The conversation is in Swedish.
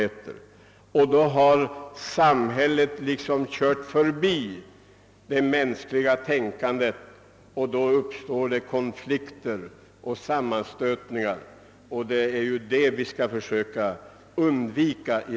Då har samhället liksom kört förbi det mänskliga tänkandet, varvid det uppstår konflikter och sammanstötningar som vi bör försöka undvika.